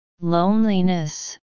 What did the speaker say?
loneliness